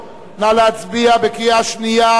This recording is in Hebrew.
נא להצביע בקריאה שנייה.